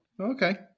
Okay